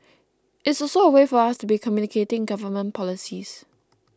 it's also a way for us to be communicating government policies